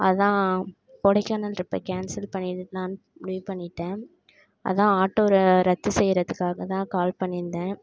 அதுதான் கொடைக்கானல் ட்ரிப்பை கேன்சல் பண்ணிவிடலாம் முடிவு பண்ணிவிட்டேன் அதுதான் ஆட்டோ ரத்து செய்கிறதுக்காக தான் கால் பண்ணியிருந்தேன்